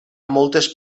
moltes